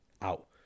out